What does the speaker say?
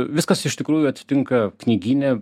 viskas iš tikrųjų atsitinka knygyne